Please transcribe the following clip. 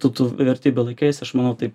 tu tų vertybių laikaisi aš manau taip